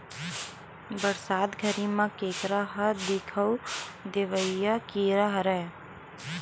बरसात घरी म केंकरा ह दिखउल देवइया कीरा हरय